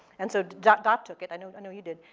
and so doc doc took it. i know know you did.